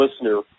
listener